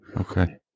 Okay